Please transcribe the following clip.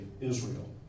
Israel